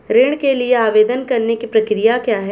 ऋण के लिए आवेदन करने की प्रक्रिया क्या है?